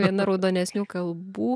viena raudonesnių kalbų